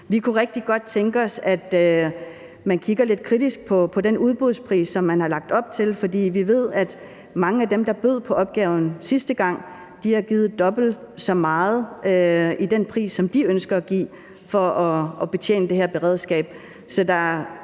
Vi kunne rigtig godt tænke os, at man kigger lidt kritisk på den udbudspris, der er lagt op til, for vi ved, at mange af dem, der bød på opgaven sidste gang, har budt dobbelt så meget i den pris, som de ønsker at give, for at betjene det her beredskab.